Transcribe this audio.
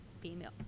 female